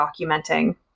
documenting